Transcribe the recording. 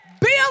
Bill